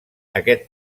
aquest